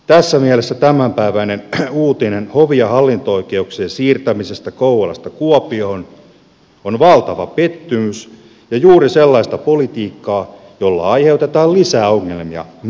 tässä mielessä tämänpäiväinen uutinen hovi ja hallinto oikeuksien siirtämisestä kouvolasta kuopioon on valtava pettymys ja juuri sellaista politiikkaa jolla aiheutetaan lisää ongelmia meille